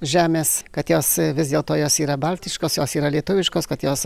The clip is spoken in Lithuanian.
žemės kad jos vis dėl to jos yra baltiškos jos yra lietuviškos kad jos